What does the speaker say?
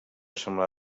semblar